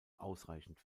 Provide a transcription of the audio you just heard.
ausreichend